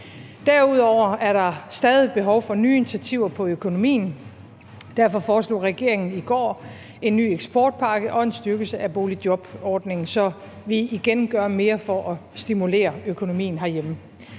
Derudover er der stadig behov for nye initiativer i økonomien, og derfor foreslog regeringen i går en ny eksportpakke og en styrkelse af boligjobordningen, så vi igen gør mere for at stimulere økonomien herhjemme.